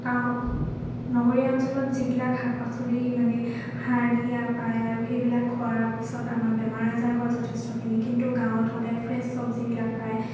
নগৰীয়া অঞ্চলত যিবিলাক শাক পাচলি মানে সাৰ দিয়া পায় আৰু সেইবিলাক খোৱাৰ পিছত আমাৰ বেমাৰ আজাৰ হয় যথেষ্টখিনি কিন্তু গাঁৱত সদায় ফ্ৰেছ চব্জিবিলাক পায়